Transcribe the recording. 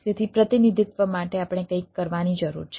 તેથી પ્રતિનિધિત્વ માટે આપણે કંઈક કરવાની જરૂર છે